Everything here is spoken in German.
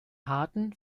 harten